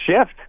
shift